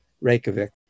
Reykjavik